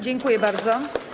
Dziękuję bardzo.